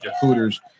Hooters